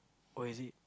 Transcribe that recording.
oh is it